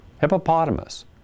hippopotamus